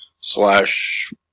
slash